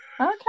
Okay